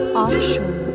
offshore